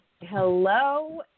Hello